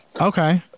Okay